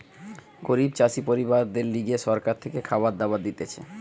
গরিব চাষি পরিবারদের লিগে সরকার থেকে খাবার দাবার দিতেছে